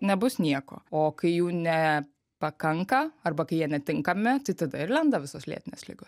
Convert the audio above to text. nebus nieko o kai jų ne pakanka arba kai jie netinkami tai tada ir lenda visos lėtinės ligos